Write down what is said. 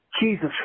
Jesus